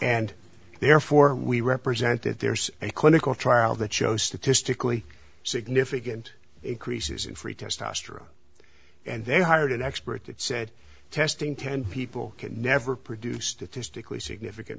and therefore we represent that there's a clinical trial that shows statistically significant increases in free testosterone and they hired an expert that said testing ten people could never produced